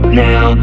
now